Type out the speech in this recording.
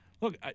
look